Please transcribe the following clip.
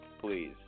please